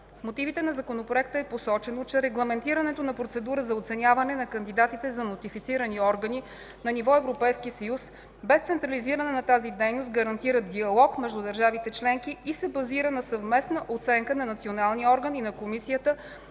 В мотивите на Законопроекта е посочено, че регламентирането на процедура за оценяване на кандидатите за нотифицирани органи на ниво Европейски съюз, без централизиране на тази дейност, гарантира диалог между държавите членки и се базира на съвместна оценка на националния орган и на комисия